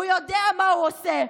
הוא יודע מה הוא עושה.